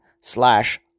slash